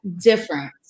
different